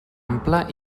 ampla